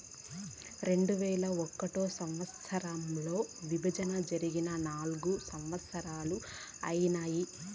రెండువేల ఒకటో సంవచ్చరంలో విభజన జరిగి నాల్గు సంవత్సరాలు ఐనాయి